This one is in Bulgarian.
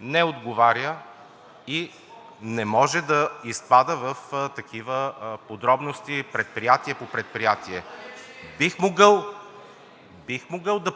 не отговаря и не може да изпада в такива подробности предприятие по предприятие. (Реплики от